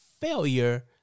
failure